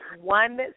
one